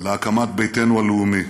להקמת ביתנו הלאומי.